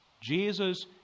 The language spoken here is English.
Jesus